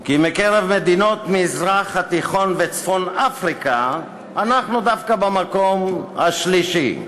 כי בקרב מדינות המזרח התיכון וצפון-אפריקה אנחנו דווקא במקום השלישי,